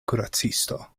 kuracisto